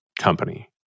company